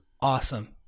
Awesome